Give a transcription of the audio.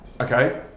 Okay